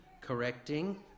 correcting